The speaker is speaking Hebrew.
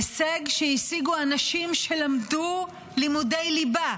הישג שהשיגו האנשים שלמדו לימודי ליבה,